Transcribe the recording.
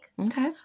okay